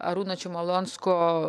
arūno čimolonsko